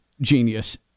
genius